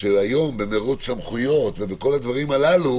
שהיום במרוץ סמכויות ובכל הדברים הללו